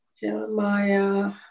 Jeremiah